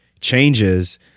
changes